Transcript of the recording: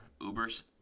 Ubers